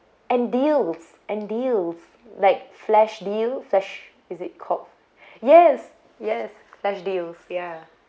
and deals and deals like flash deal flash is it called yes yes flash deals ya